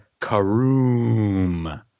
Karoom